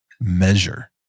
measure